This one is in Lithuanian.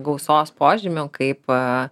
gausos požymių kaip a